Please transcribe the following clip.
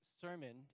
sermon